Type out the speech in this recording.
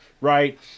Right